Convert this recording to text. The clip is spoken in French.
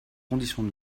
conditions